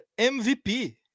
MVP